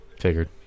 Figured